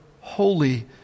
holy